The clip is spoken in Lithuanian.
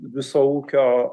viso ūkio